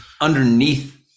underneath